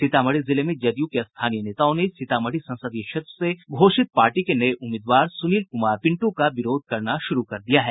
सीतामढ़ी जिले में जदयू के स्थानीय नेताओं ने सीतामढ़ी संसदीय क्षेत्र से घोषित पार्टी के नये उम्मीदवार सुनील कुमार पिंटू का विरोध करना शुरू कर दिया है